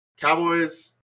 Cowboys